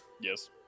yes